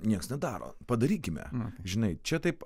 nieks nedaro padarykime žinai čia taip